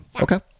Okay